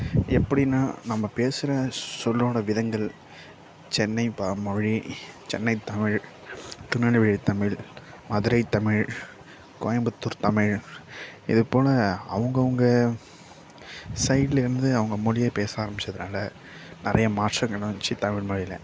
எப்படின்னா நம்ம பேசுகிற சொல்லோடய விதங்கள் சென்னை ப மொழி சென்னை தமிழ் திருநெல்வேலி தமிழ் மதுரை தமிழ் கோயம்புத்தூர் தமிழ் இது போல அவங்கவுங்க சைடுலிருந்து அவங்க மொழியை பேச ஆரம்பித்ததுனால நிறையா மாற்றங்களும் வந்துச்சு தமிழ் மொழியில்